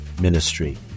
Ministry